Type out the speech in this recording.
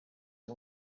and